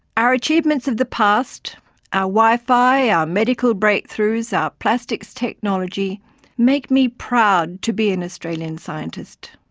our achievements of the past our wifi, our medical breakthroughs, our plastics technology make me proud to be an australian scientist.